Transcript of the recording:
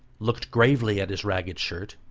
looked gravely at his ragged shirt,